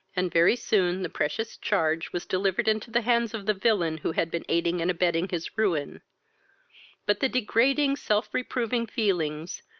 and very soon the precious charge was delivered into the hands of the villain who had been aiding and abetting his ruin but the degrading, self-reproving feelings,